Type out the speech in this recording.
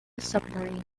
submarine